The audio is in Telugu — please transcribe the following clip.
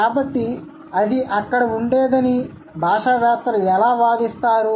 కాబట్టి అది అక్కడ ఉండేదని భాషావేత్తలు ఎలా వాదిస్తారు